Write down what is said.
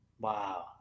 Wow